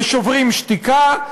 ל"שוברים שתיקה",